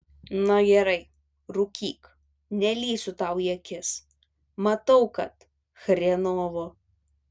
na gerai rūkyk nelįsiu tau į akis matau kad chrenovo